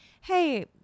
hey